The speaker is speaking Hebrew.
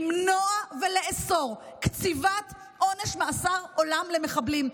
למנוע ולאסור קציבת עונש מאסר עולם למחבלים.